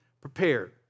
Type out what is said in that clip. prepared